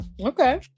Okay